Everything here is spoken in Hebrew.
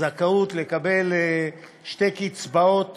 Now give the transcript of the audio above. זכאות לקבל שתי קצבאות